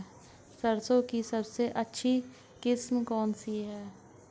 सरसों की सबसे अच्छी किस्म कौन सी है?